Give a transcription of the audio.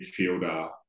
midfielder